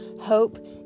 hope